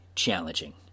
challenging